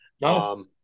no